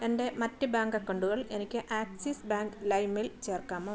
എൻ്റെ മറ്റ് ബാങ്ക് അക്കൗണ്ടുകൾ എനിക്ക് ആക്സിസ് ബാങ്ക് ലൈമിൽ ചേർക്കാമോ